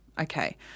Okay